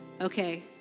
okay